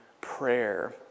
prayer